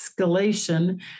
escalation